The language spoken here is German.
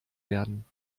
werden